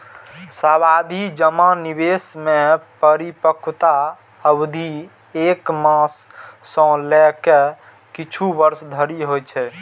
सावाधि जमा निवेश मे परिपक्वता अवधि एक मास सं लए के किछु वर्ष धरि होइ छै